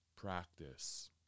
Practice